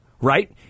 right